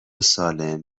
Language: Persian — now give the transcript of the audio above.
سالم